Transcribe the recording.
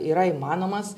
yra įmanomas